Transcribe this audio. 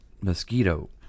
mosquito